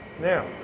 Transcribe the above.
Now